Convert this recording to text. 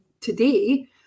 today